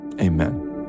amen